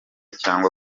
cyangwa